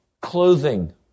clothing